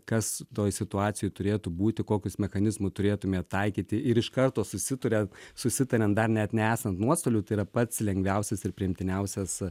kas toj situacijoj turėtų būti kokį jūs mechanizmą turėtumėt taikyti ir iš karto susituria susitariant dar net nesant nuostolių tai yra pats lengviausias ir priimtiniausias